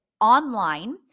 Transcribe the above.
online